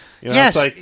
Yes